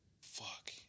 Fuck